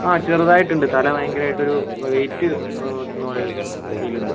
ആ ചെറുതായിട്ടുണ്ട് തല ഭയങ്കരായിട്ടൊരു വെയ്റ്റ് നിൽക്കുന്ന പോലൊരു ഫീൽ ഉണ്ട്